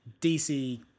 dc